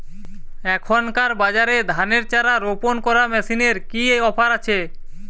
এখনকার বাজারে ধানের চারা রোপন করা মেশিনের কি অফার আছে?